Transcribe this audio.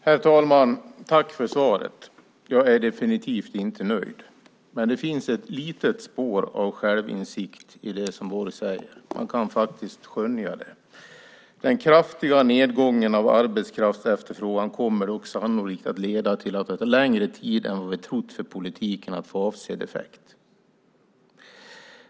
Herr talman! Tack för svaret! Jag är definitivt inte nöjd, men det finns ett litet spår av självinsikt i det som Borg säger. Man kan faktiskt skönja det: "Den kraftiga nedgången i arbetskraftsefterfrågan kommer dock sannolikt att leda till att det tar längre tid än vad vi tidigare har trott för politiken att få avsedd effekt."